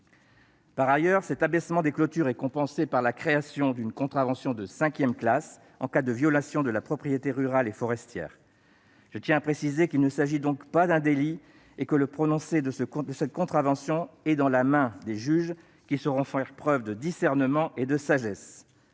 Par ailleurs, cet abaissement des clôtures est compensé par la création d'une contravention de cinquième classe en cas de violation de la propriété rurale et forestière. Je tiens à préciser qu'il ne s'agit donc pas d'un délit et que le prononcé de cette contravention est dans la main des juges, qui sauront faire preuve de discernement et de sagesse.